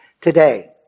Today